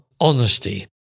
honesty